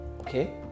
Okay